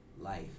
Life